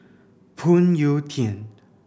Phoon Yew Tien